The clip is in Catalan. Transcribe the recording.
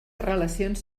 relacions